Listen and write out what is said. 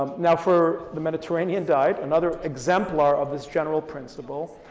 um now for the mediterranean diet, another exemplar of this general principle,